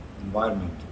environment